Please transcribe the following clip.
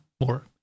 more